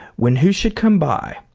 when who should come by,